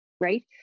right